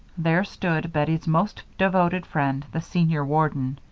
there stood bettie's most devoted friend, the senior warden.